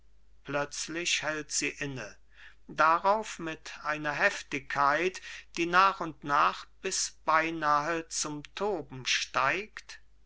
plötzlich hält sie inne darauf mit einer heftigkeit die nach und nach bis beinahe zum toben steigt